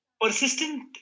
persistent